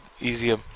easier